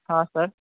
हां सर